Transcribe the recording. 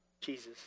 Jesus